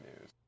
news